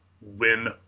win